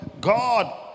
God